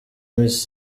miss